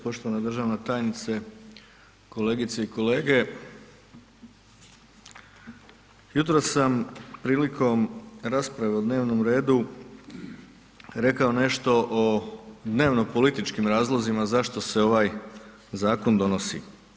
Poštovana državna tajnice, kolegice i kolege, jutros sam prilikom rasprave o dnevnom redu rekao nešto o dnevnopolitičkim razlozima zašto se ovaj zakon donosi.